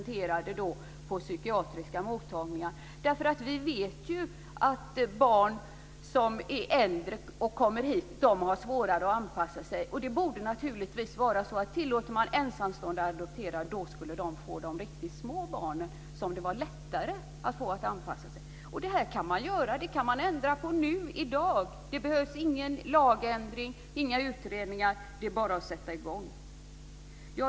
Det borde naturligtvis vara så att ensamstående skulle få adoptera de riktigt små barnen som har lättare att anpassa sig. Det här kan man ändra på nu, i dag. Det behövs ingen lagändring och inga utredningar. Det är bara att sätta i gång.